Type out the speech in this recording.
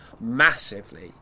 massively